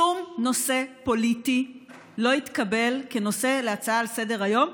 שום נושא פוליטי לא התקבל כנושא להצעה לסדר-היום,